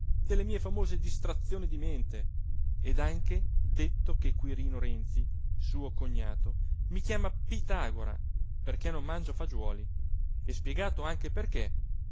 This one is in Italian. delle mie famose distrazioni di mente ed anche detto che quirino renzi suo cognato mi chiama pitagora perché non mangio fagiuoli e spiegato anche perché